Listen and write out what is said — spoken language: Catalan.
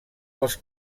dels